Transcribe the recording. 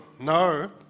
no